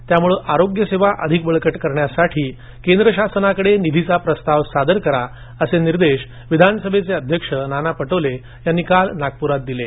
त्यामुळे आरोग्य सेवा अधिक बळकट करण्यासाठी केंद्र शासनाकडे निधीचा प्रस्ताव सादर करा असे निर्देश विधानसभेचे अध्यक्ष नाना पटोले यांनी काल नागपुरात दिले